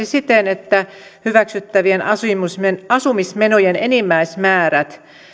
siten että hyväksyttävien asumismenojen asumismenojen enimmäismäärät